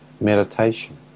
meditation